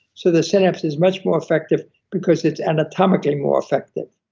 so the synapse is much more effective because it's anatomically more effective.